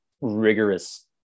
rigorous